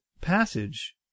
passage